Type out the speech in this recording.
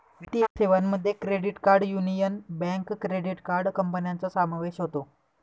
वित्तीय सेवांमध्ये credit card union bank credit card कंपन्यांचा समावेश होतो